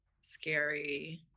scary